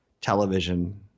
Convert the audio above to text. television